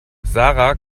sarah